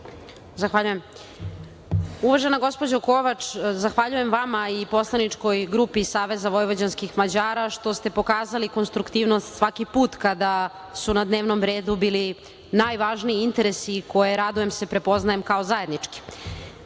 Zahvaljujem. Uvažena gospođo Kovač, zahvaljujem vama i poslaničkoj grupi Saveza vojvođanskih Mađara što ste pokazali konstruktivnost svaki put kada su na dnevnom redu bili najvažniji interesi koje, radujem se, prepoznajem kao zajedničke.